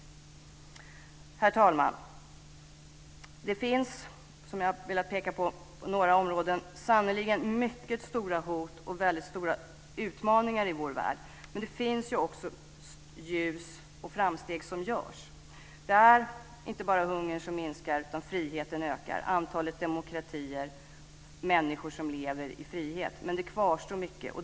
Herr talman! Det finns på några områden sannerligen mycket stora hot och väldigt stora utmaningar i vår värld, som jag har velat peka på. Men det finns också ljus och framsteg som görs. Det är inte bara hungern som minskar. Friheten, antalet demokratier och människor som lever i frihet ökar också. Men det kvarstår mycket.